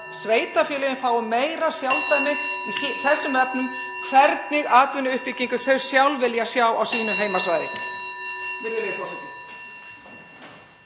sveitarfélögin fái meira sjálfdæmi í þessum efnum, hvernig atvinnuuppbyggingu þau sjálf vilja sjá á sínu heimasvæði?